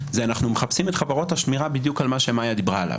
אנחנו מחפשים את חברות השמירה בדיוק על מה שמאיה דיברה עליו,